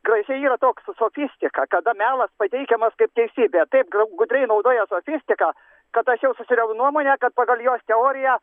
gražiai yra toks su sofistika kada melas pateikiamas kaip teisybė taip gudriai naudoja sofistiką kad aš jau susidariau nuomonę kad pagal jos teoriją